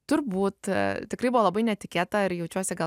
turbūt tikrai buvo labai netikėta ir jaučiuosi gal